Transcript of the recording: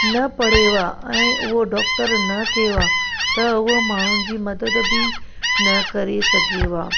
न पढ़ेव हा ऐं उहो डॉक्टर न थिएव हा त उहो बि माण्हुनि जी मदद बि न करे सघेव हा